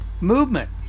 movement